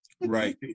Right